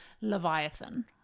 Leviathan